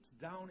down